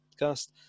podcast